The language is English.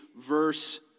Verse